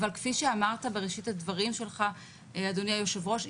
אבל כפי שאמרת בראשית הדברים שלך אדוני היושב-ראש,